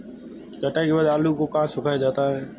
कटाई के बाद आलू को कहाँ सुखाया जाता है?